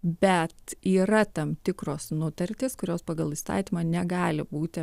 bet yra tam tikros nutartys kurios pagal įstatymą negali būti